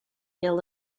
ill